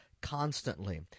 Constantly